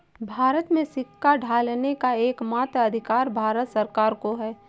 भारत में सिक्का ढालने का एकमात्र अधिकार भारत सरकार को है